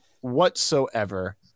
whatsoever